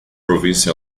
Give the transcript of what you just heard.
province